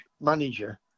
manager